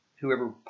Whoever